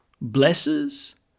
blesses